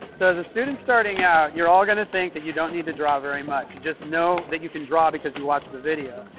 so as a student starting out, you're all gonna think that you don't need to draw very much. you just know that you can draw because you watched the video.